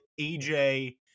AJ